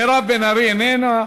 מירב בן ארי, איננה,